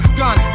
gun